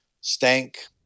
stank